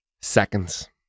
Seconds